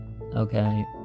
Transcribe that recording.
Okay